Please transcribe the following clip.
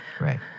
Right